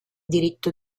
diritto